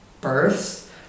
births